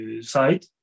side